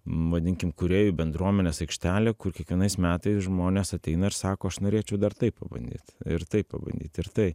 vadinkim kūrėjų bendruomenės aikštelė kur kiekvienais metais žmonės ateina ir sako aš norėčiau dar tai pabandyt ir tai pabandyt ir tai